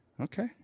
Okay